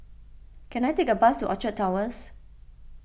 can I take a bus to Orchard Towers